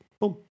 boom